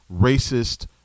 racist